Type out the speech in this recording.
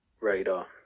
radar